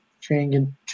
changing